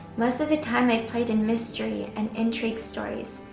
most of the time i played in mystery and intrigue stories.